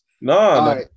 No